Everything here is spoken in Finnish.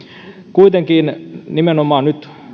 kuitenkin nimenomaan nyt